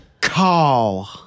Call